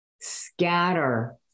scatter